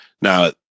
now